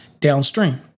downstream